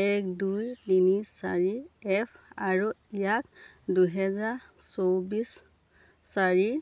এক দুই তিনি চাৰি এফ আৰু ইয়াক দুহেজাৰ চৌবিছ চাৰি